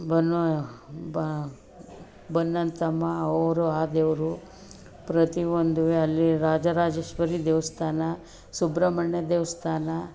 bun Bannanthamma ಅವರು ಆ ದೇವರು ಪ್ರತಿಯೊಂದೂ ಅಲ್ಲಿ ರಾಜರಾಜೇಶ್ವರಿ ದೇವಸ್ಥಾನ ಸುಬ್ರಹ್ಮಣ್ಯ ದೇವಸ್ಥಾನ